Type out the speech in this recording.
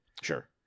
Sure